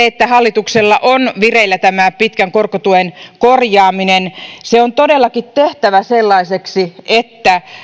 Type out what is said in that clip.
että hallituksella on vireillä tämä pitkän korkotuen korjaaminen se on todellakin tehtävä sellaiseksi että